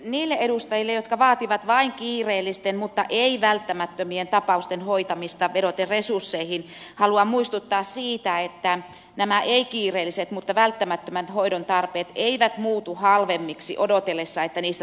niille edustajille jotka vaativat vain kiireellisten mutta ei välttämättömien tapausten hoitamista vedoten resursseihin haluan muistuttaa siitä että nämä ei kiireelliset mutta välttämättömät hoidon tarpeet eivät muutu halvemmiksi odotellessa että niistä tulee kiireellisiä